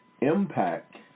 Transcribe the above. impact